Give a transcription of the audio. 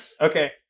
okay